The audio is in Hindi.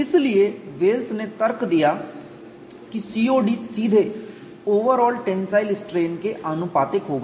इसलिए वेल्स ने तर्क दिया कि COD सीधे ओवरऑल टेन्साइल स्ट्रेन के आनुपातिक होगा